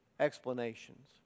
explanations